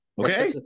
Okay